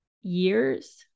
years